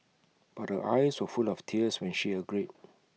but her eyes were full of tears when she agreed